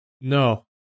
No